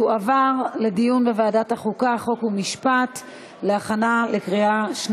לוועדת החוקה, חוק ומשפט נתקבלה.